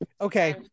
Okay